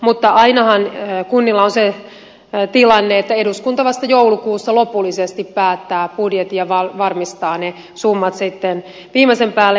mutta ainahan kunnilla on se tilanne että eduskunta vasta joulukuussa lopullisesti päättää budjetin ja varmistaa ne summat sitten viimeisen päälle